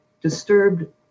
disturbed